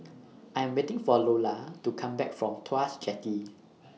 I Am waiting For Lola to Come Back from Tuas Jetty